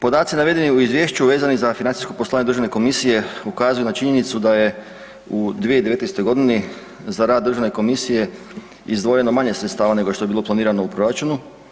Podaci navedeni u izvješću vezani za financijsko poslovanje državne komisije ukazuju na činjenicu da je u 2019. godini za rad državne komisije izdvojeno manje sredstava nego što je bilo planirano u proračunu.